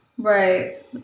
Right